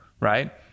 right